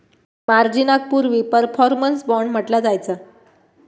मार्जिनाक पूर्वी performance bond म्हटला जायचा